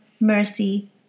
mercy